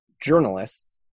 journalists